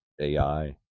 AI